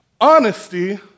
Honesty